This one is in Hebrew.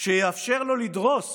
שיאפשר לו לדרוס